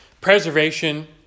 preservation